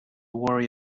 worry